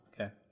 okay